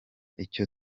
icyo